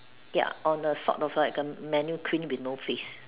ya on a sort of like a mannequin with no face